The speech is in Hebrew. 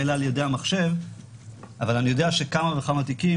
אלא ע"י המחשב אבל אני יודע שכמה וכמה תיקים,